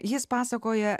jis pasakoja